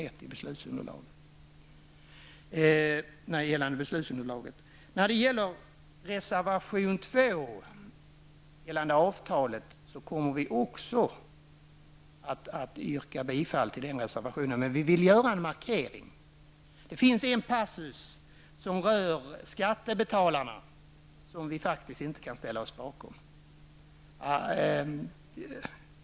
Vi kommer också att yrka bifall till reservation nr 2 som gäller avtalet. Vi vill emellertid göra en markering. Det finns en passus som rör skattebetalarna som vi faktiskt inte kan ställa oss bakom.